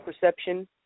perception